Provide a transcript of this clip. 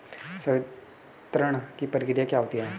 संवितरण की प्रक्रिया क्या होती है?